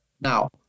Now